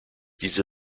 diese